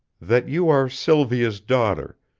that you are sylvia's daughter,